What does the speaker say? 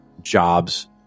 jobs